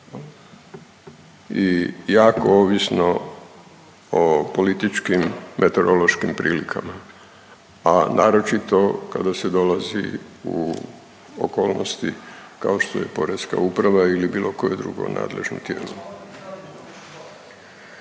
i jako ovisno o političkim meteorološkim prilikama, a naročito kada se dolazi u okolnosti kao što je poreska uprava ili bilo koje drugo nadležno tijelo.